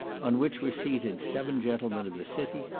on which were seated seven gentlemen of the city,